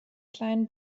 kleinen